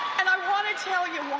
and i want to tell you why.